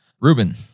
ruben